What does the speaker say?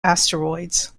asteroids